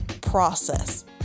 process